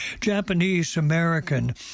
Japanese-American